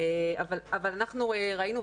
אבל אנחנו ראינו,